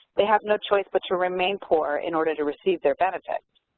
they have no choice but to remain poor in order to receive their benefits,